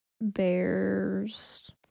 bears